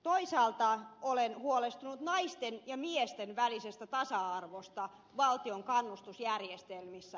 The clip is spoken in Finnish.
toisaalta olen huolestunut naisten ja miesten välisestä tasa arvosta valtion kannustusjärjestelmissä